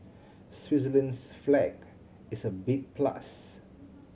Switzerland's flag is a big plus